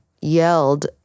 yelled